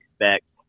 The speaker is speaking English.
expect